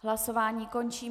Hlasování končím.